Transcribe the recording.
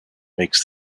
makes